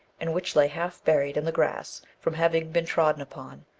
and which lay half-buried in the grass from having been trodden upon,